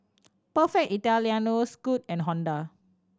Perfect Italiano Scoot and Honda